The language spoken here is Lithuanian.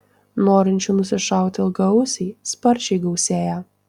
norinčių nusišauti ilgaausį sparčiai gausėja